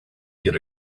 get